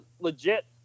legit